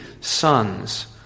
sons